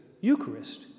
Eucharist